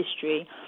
history